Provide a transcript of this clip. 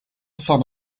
sun